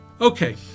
Okay